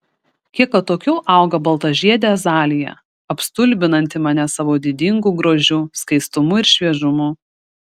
kiek atokiau auga baltažiedė azalija apstulbinanti mane savo didingu grožiu skaistumu ir šviežumu